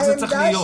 איך זה צריך להיות?